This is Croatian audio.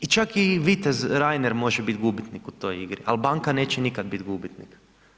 I čak i vitez Reiner može biti gubitnik u toj igri, al banka neće nikad bit gubitnik.